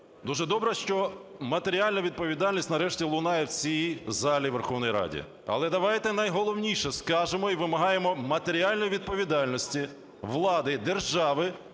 Дуже добре, що матеріальна відповідальність нарешті лунає в цій залі Верховної Ради. Але давайте найголовніше скажемо і вимагаємо матеріальної відповідальності влади, держави